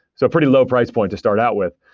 so pretty low price point to start out with.